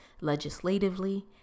legislatively